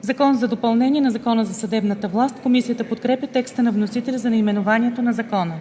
„Закон за допълнение на Закона за съдебната власт“.“ Комисията подкрепя текста на вносителя за наименованието на Закона.